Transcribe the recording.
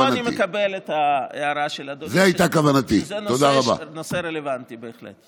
פה אני מקבל את ההערה של אדוני שזה נושא רלוונטי בהחלט.